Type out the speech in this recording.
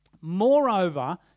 Moreover